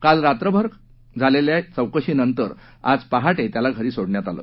काल रात्रभर करण्यात आलेल्या चौकशीनंतर आज पहाटे त्याला घरी सोडण्यात आलं